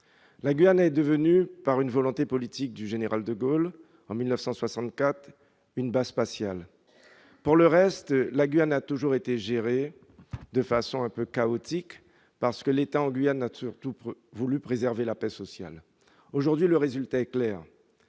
La Guyane est devenue en 1964, par la volonté politique du général de Gaulle, une base spatiale. Pour le reste, la Guyane a toujours été administrée de façon un peu chaotique, parce que l'État a surtout voulu y préserver la paix sociale. Aujourd'hui, le résultat est clair.